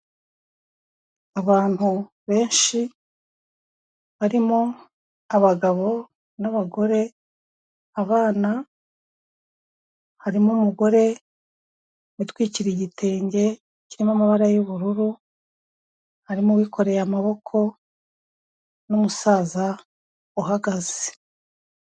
Abantu benshi barimo abagabo n'abagore, abana, harimo umugore witwikiriye igitenge kirimo amabara y'ubururu, harimo uwikoreye amaboko n'umusaza uhagaze.